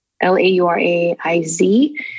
L-A-U-R-A-I-Z